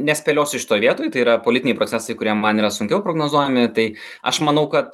nespėliosiu šitoj vietoj tai yra politiniai procesai kurie man yra sunkiau prognozuojami tai aš manau kad